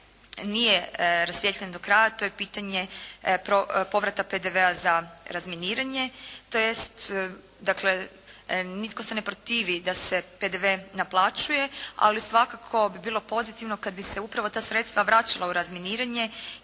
nije rasvijetljen do kraja to je pitanje povrata PDV-a za razminiranje, tj., nitko se ne protivi da se PDV naplaćuje ali svakako bi bilo pozitivno kada bi se upravo ta sredstva vraćala u razminiranje